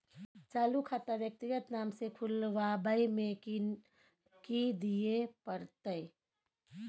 चालू खाता व्यक्तिगत नाम से खुलवाबै में कि की दिये परतै?